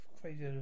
crazy